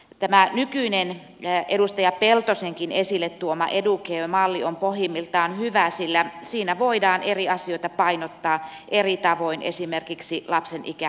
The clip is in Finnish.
tämä nykyinen edustaja peltosenkin esille tuoma educare malli on pohjimmiltaan hyvä sillä siinä voidaan eri asioita painottaa eri tavoin esimerkiksi lapsen ikä huomioiden